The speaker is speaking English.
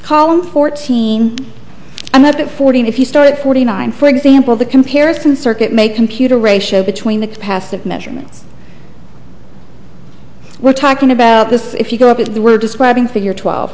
column fourteen i'm up at fourteen if you start at forty nine for example the comparison circuit may computer ratio between the passive measurements we're talking about this if you go up if they were describing figure twelve